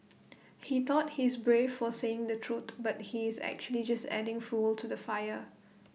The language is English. he thought he's brave for saying the truth but he's actually just adding fuel to the fire